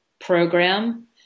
program